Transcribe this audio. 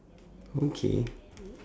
okay